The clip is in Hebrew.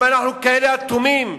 אם אנחנו כאלה אטומים,